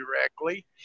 directly